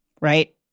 right